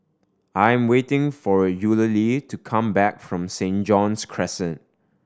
I'm waiting for Eulalie to come back from Saint John's Crescent